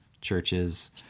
churches